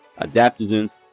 adaptogens